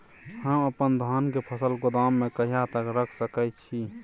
हम अपन धान के फसल गोदाम में कहिया तक रख सकैय छी?